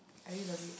I really love it